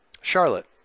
Charlotte